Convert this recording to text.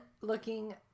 looking